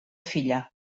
filla